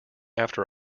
after